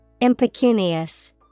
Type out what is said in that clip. impecunious